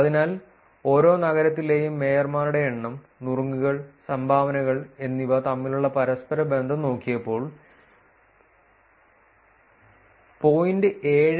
അതിനാൽ ഓരോ നഗരത്തിലെയും മേയർമാരുടെ എണ്ണം നുറുങ്ങുകൾ സംഭാവനകൾ എന്നിവ തമ്മിലുള്ള പരസ്പര ബന്ധം നോക്കിയപ്പോൾ 0